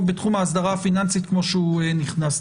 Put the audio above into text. בתחום האסדרה הפיננסית כמו שהוא נכנס.